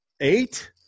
eight